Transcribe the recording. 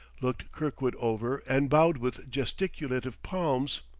looked kirkwood over, and bowed with gesticulative palms.